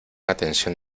atención